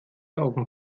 augen